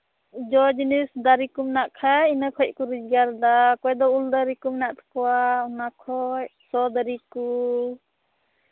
ᱡᱚ ᱡᱤᱱᱤᱥ ᱫᱟᱨᱮ ᱠᱚ ᱢᱮᱱᱟᱜ ᱠᱷᱟᱱ ᱤᱱᱟᱹ ᱠᱷᱚᱱ ᱠᱚ ᱨᱳᱡᱽᱜᱟᱨ ᱫᱟ ᱚᱠᱚᱭ ᱫᱚ ᱩᱞ ᱫᱟᱨᱮ ᱠᱚ ᱢᱮᱱᱟᱜ ᱛᱟᱠᱚᱣᱟ ᱚᱱᱟ ᱠᱷᱚᱱ ᱥᱚ ᱫᱟᱨᱮ ᱠᱚ